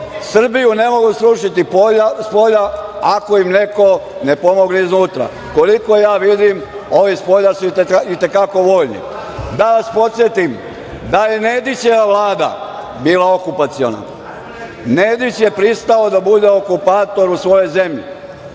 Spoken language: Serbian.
Srbiju ne mogu srušiti spolja ako im neko ne pomogne iznutra. Koliko ja vidim ovi spolja su i te kako voljni. Da vas podsetim da je Nedićeva vlada bila okupaciona. Nedić je pristao da bude okupator u svojoj zemlji,